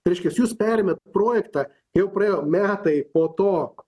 reiškias jūs perėmėte projektą jau praėjo metai po to